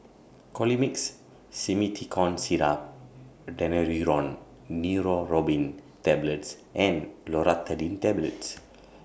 Colimix Simethicone Syrup Daneuron Neurobion Tablets and Loratadine Tablets